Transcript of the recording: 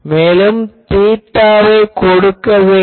மேலும் இது தீட்டாவைக் கொடுக்க வேண்டும்